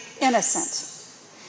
innocent